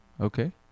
Okay